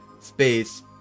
space